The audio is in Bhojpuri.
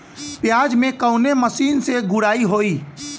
प्याज में कवने मशीन से गुड़ाई होई?